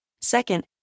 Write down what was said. Second